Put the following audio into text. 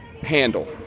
handle